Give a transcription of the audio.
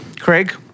Craig